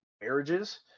marriages